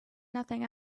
nothing